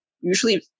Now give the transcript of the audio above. usually